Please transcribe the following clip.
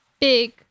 big